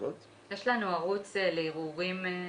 יש לנו ערוץ לערעורים.